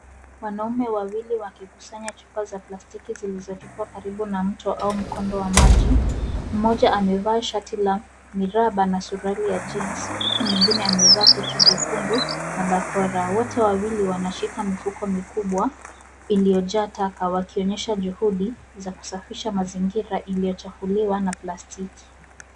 Wanaume wawili wakikusanya chupa za plastiki zilizotupwa karibu na mto au mkondo wa maji. Mmoja amevaa shati la miraba na suruali ya jeans huku mwingine amevaa koti jekundu na bakora. Wote wawili wanashika mifuko mikubwa iliyojaa taka wakionyesha juhudi za kusafisha mazingira iliyochafuliwa na plastiki.